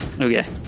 Okay